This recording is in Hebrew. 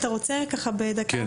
אתה רוצה ככה בדקה?